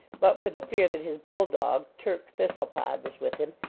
but for the fear that his bull-dog, turk thistlepod, was with him,